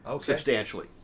substantially